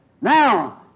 Now